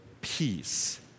peace